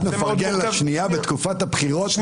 מפלגות, אחת מפרגנת לשנייה בתקופת הבחירות.